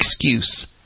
excuse